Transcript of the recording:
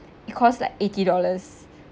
it cost like eighty dollars